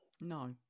no